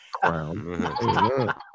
crown